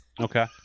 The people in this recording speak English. okay